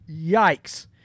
Yikes